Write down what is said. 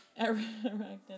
Arachnid